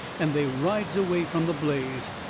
and they rides away from the blaze.